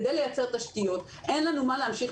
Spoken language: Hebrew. כדי לייצר תשתית לענף.